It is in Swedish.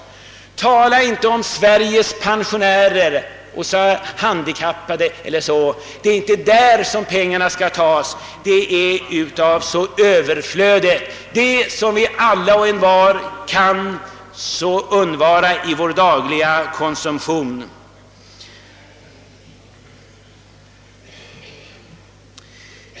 Men tala inte om Sveriges pensionärer eller handikappade. Det är inte från dem pengarna skall tas, utan av överflödet, av det som alla och envar kan undvara i den dagliga konsumtionen.